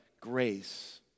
grace